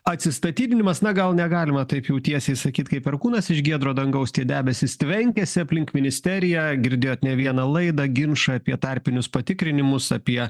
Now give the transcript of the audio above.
atsistatydinimas na gal negalima taip jau tiesiai sakyt kaip perkūnas iš giedro dangaus tie debesys tvenkėsi aplink ministeriją girdėjot ne vieną laidą ginčą apie tarpinius patikrinimus apie